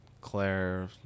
Claire